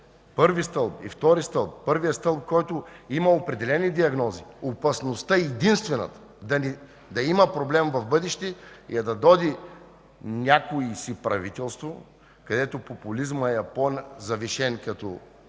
първи стълб и втори стълб, първият стълб, който има определени диагнози, опасността е единствено да има проблем в бъдеще и да дойде някое си правителство, където популизмът е по-завишен като доза